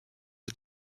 the